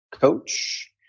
Coach